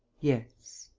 yes.